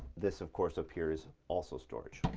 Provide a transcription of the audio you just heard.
this of course up here is also storage.